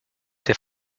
der